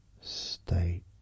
state